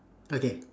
okay